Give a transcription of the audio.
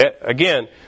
again